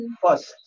first